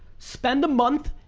spend a month,